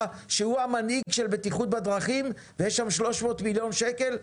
שהוא המנהיג של בטיחות בדרכים ויש שם 300 מיליון שקל?